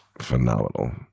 phenomenal